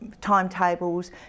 timetables